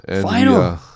Final